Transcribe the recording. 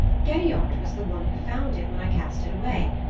gerriod was the one who found it when i cast it away.